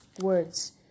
words